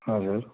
हजुर